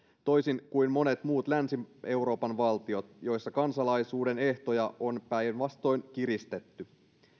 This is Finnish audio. toisin kuin monet muut länsi euroopan valtiot joissa kansalaisuuden ehtoja on päinvastoin kiristetty